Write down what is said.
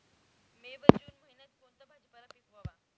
मे व जून महिन्यात कोणता भाजीपाला पिकवावा?